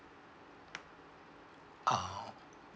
ah